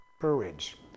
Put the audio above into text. courage